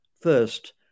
first